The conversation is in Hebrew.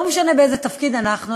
לא משנה באיזה תפקיד אנחנו,